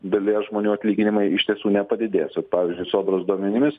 dalies žmonių atlyginimai iš tiesų nepadidės vat pavyzdžiui sodros duomenimis